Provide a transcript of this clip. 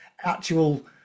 Actual